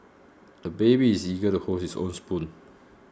the baby is eager to hold his own spoon